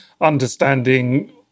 understanding